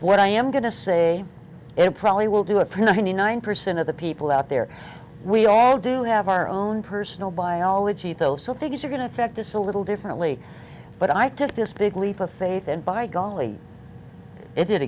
what i am going to say it probably will do it for ninety nine percent of the people out there we all do have our own personal biology though so things are going to affect this a little differently but i took this big leap of faith and by golly it did